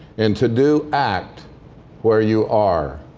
and to do, act where you are.